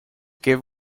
give